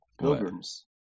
Pilgrims